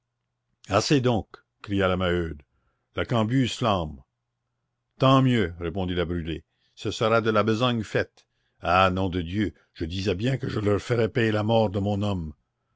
assez donc cria la maheude la cambuse flambe tant mieux répondit la brûlé ce sera de la besogne faite ah nom de dieu je disais bien que je leur ferais payer la mort de mon homme